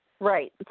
Right